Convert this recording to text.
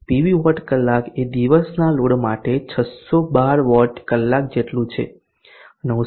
PV watt કલાક એ દિવસના લોડ માટે 612 વોટ કલાક જેટલું છે 914